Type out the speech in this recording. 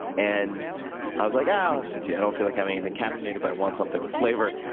and i was like oh, i'll have some tea. i don't feel like having anything caffeinated but i want something with flavor.